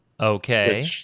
Okay